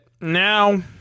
now